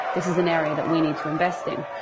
this is an area that we need to invest in.